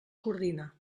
coordina